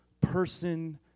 person